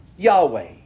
Yahweh